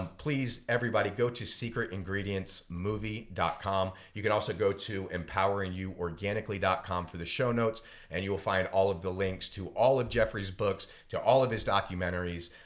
um please, everybody, go to secretingredientsmovie com. you can also go to empoweringyouorganically dot com for the show notes and you will find all of the links to all of jeffery's books, to all of his documentaries,